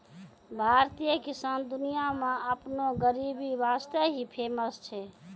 भारतीय किसान दुनिया मॅ आपनो गरीबी वास्तॅ ही फेमस छै